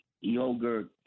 yogurt